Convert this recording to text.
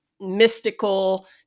mystical